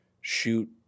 shoot